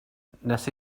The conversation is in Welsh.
nes